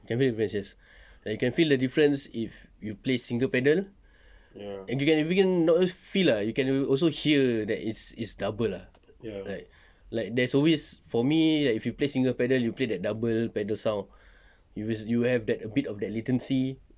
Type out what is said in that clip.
can feel the difference yes ya you can feel the difference if you play single pedal and you can even feel lah you can also hear that is double ah like like there's always for me like if you play single pedal you play that double pedal sound you have you have that a bit of latency